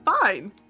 fine